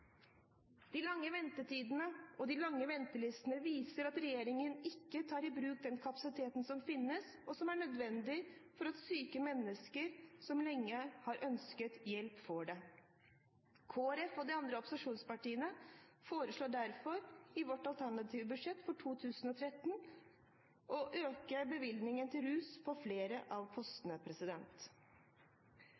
De lange ventetidene og de lange ventelistene viser at regjeringen ikke tar i bruk den kapasiteten som finnes, og som er nødvendig for at syke mennesker som lenge har ønsket hjelp, får det. Kristelig Folkeparti og de andre opposisjonspartiene foreslår derfor i budsjettet for 2013 å øke bevilgningen til rusbehandling på flere av